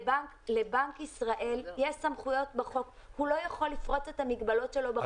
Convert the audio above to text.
לבנק ישראל יש בחוק סמכויות והוא לא יכול לפרוץ את המגבלות שלו.